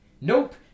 nope